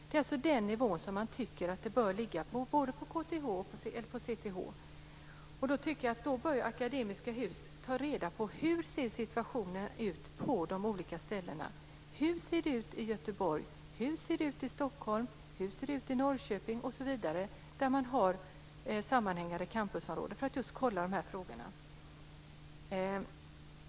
Det är alltså den nivå som man tycker att hyran bör ligga på både på KTH och på CTH. Då tycker jag att Akademiska Hus bör ta reda på hur situationen ser ut på de olika ställena. Hur ser det ut i Göteborg? Hur ser det ut i Stockholm? Hur ser det ut i Norrköping? Man bör se hur situationen ser ut där man har sammanhängande campusområden för att kontrollera de här frågorna.